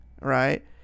right